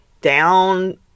down